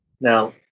Now